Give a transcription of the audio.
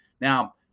Now